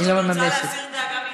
אני רוצה להסיר דאגה מליבך.